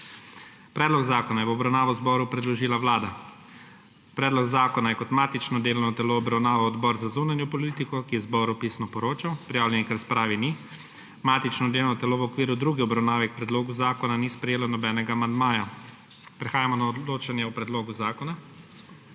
Predlog zakona je v obravnavo zboru predložila Vlada. Predlog zakona je kot matično delovno telo obravnaval Odbor za zunanjo politiko, ki je zboru pisno poročal. Prijavljenih k razpravi ni. Matično delovno telo v okviru druge obravnave k predlogu zakona ni sprejelo nobenega amandmaja. Prehajamo na odločanje o predlogu zakona.